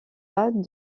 pas